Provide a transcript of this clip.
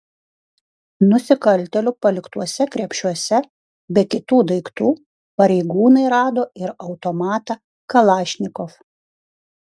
nusikaltėlių paliktuose krepšiuose be kitų daiktų pareigūnai rado ir automatą kalašnikov